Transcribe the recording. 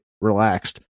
relaxed